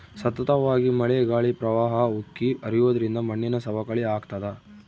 ಸತತವಾಗಿ ಮಳೆ ಗಾಳಿ ಪ್ರವಾಹ ಉಕ್ಕಿ ಹರಿಯೋದ್ರಿಂದ ಮಣ್ಣಿನ ಸವಕಳಿ ಆಗ್ತಾದ